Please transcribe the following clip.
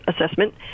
assessment